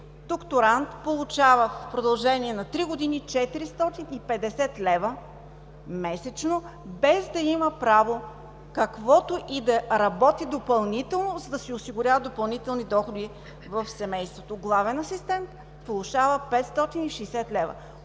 докторант получава в продължение на 3 години 450 лв. месечно, без да има право да работи допълнително, за да си осигурява допълнителни доходи в семейството. Главен асистент получава 560 лв.